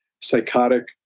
psychotic